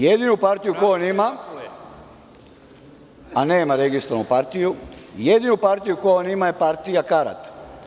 Jedina partija koju on ima, a nema registrovanu partiju, jedina partija koju on ima je partija karata.